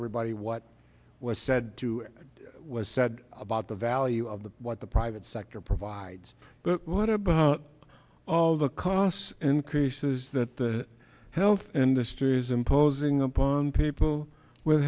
everybody what was said to was said about the value of the what the private sector provides but what about all the costs increases that the health industry is imposing upon poor people with